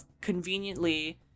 conveniently